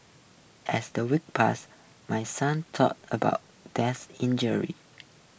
as the weeks passed my son's talk about death injury